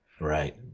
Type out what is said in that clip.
Right